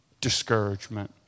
Discouragement